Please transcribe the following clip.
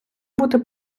бути